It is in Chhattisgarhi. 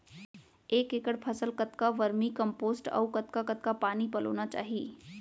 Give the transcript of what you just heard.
एक एकड़ फसल कतका वर्मीकम्पोस्ट अऊ कतका कतका पानी पलोना चाही?